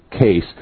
case